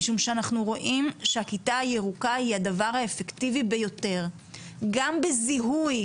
משום שאנחנו רואים שהכיתה הירוקה היא הדבר האפקטיבי ביותר גם בזיהוי